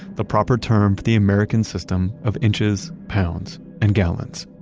the proper term the american system of inches, pounds and gallons